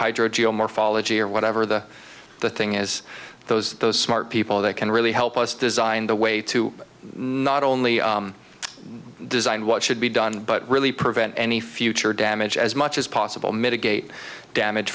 hydro geo morphology or whatever the the thing is those those smart people that can really help us design the way to not only design what should be done but really prevent any future damage as much as possible mitigate damage